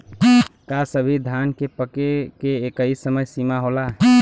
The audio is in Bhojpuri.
का सभी धान के पके के एकही समय सीमा होला?